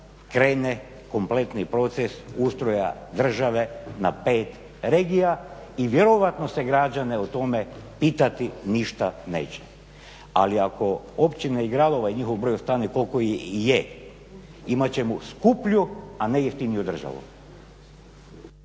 krene kompletni proces ustroja države na pet regija i vjerojatno se građane o tome pitati ništa neće. Ali ako općine i gradove, njihov broj ostane koliko i je imat ćemo skuplju, a ne jeftiniju državu.